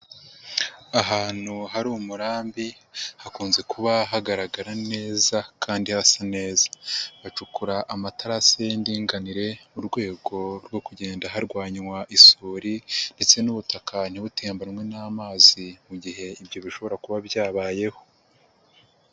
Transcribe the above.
Ahantu hari umurambi hakunze kuba hagaragara neza kandi hasa neza, hacukura amaterasi y'indinganire murwego rwo kugenda harwanywa isuri ndetse n'ubutaka ntibutebanwe n'amazi mu gihe ibyo bishobora kuba byabayeho.